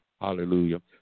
hallelujah